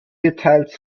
details